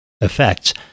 effects